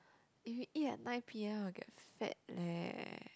if you eat at nine P_M will get fat leh